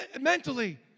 mentally